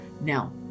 Now